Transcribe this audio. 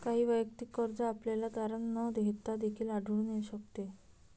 काही वैयक्तिक कर्ज आपल्याला तारण न घेता देखील आढळून शकते